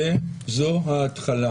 זו ההתחלה